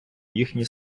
їхні